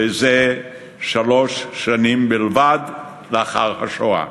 וזה שלוש שנים בלבד לאחר השואה.